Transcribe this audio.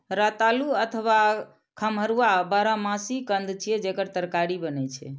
रतालू अथवा खम्हरुआ बारहमासी कंद छियै, जेकर तरकारी बनै छै